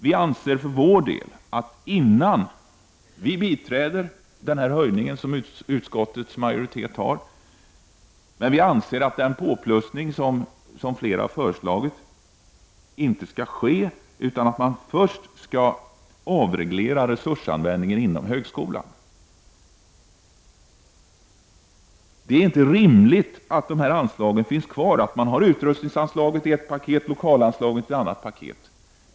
Vi anser för vår del att den påplussning som utskottets majoritet har föreslagit är tillräcklig och att någon ytterligare påplussning inte skall ske utan att man först skall avreglera resursanvändningen inom högskolan. Det är inte rimligt att man har utrustningsanslaget i ett paket och lokalanslaget i ett annat paket.